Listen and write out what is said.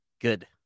Good